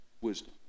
wisdom